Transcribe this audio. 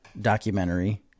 documentary